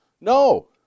no